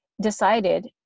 Decided